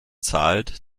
zahlt